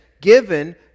given